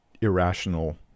irrational